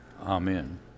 Amen